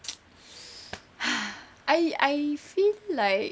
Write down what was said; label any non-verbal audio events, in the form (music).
(noise) !hais! I I feel like